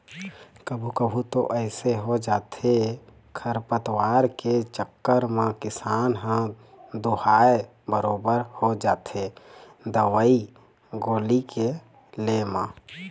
कभू कभू तो अइसे हो जाथे खरपतवार के चक्कर म किसान ह दूहाय बरोबर हो जाथे दवई गोली के ले म